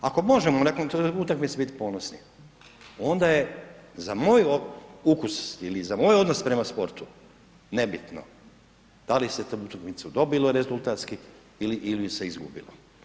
Ako možemo nakon utakmice biti ponosni onda je za moj ukus ili za moj odnos prema sportu nebitno da li se tu utakmicu dobilo rezultatski ili ju se izgubilo.